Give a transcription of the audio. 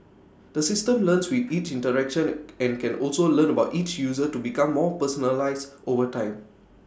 the system learns with each interaction and can also learn about each user to become more personalised over time